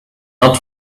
not